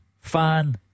fan